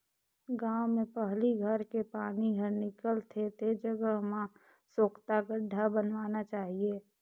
गांव में पहली घर के पानी हर निकल थे ते जगह में सोख्ता गड्ढ़ा बनवाना चाहिए